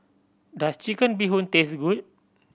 does Chicken Bee Hoon taste good